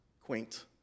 quaint